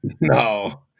No